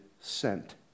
sent